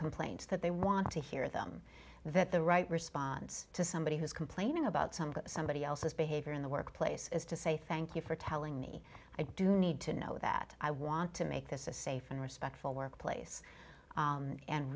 complaints that they want to hear them that the right response to somebody who's complaining about some somebody else's behavior in the workplace is to say thank you for telling me i do need to know that i want to make this a safe and respectful workplace